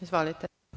Izvolite.